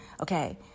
Okay